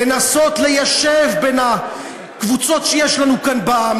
לנסות ליישב בין הקבוצות שיש לנו כאן בעם,